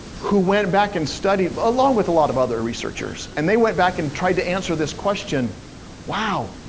who went back and studied, along with a lot of other researchers, and they went back and tried to answer this question wow,